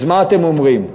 אז מה אתם אומרים,